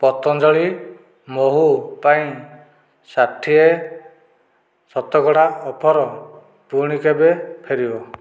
ପତଞ୍ଜଳି ମହୁ ପାଇଁ ଷାଠିଏ ଶତକଡ଼ା ଅଫର୍ ପୁଣି କେବେ ଫେରିବ